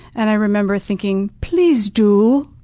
and i remember thinking, please do.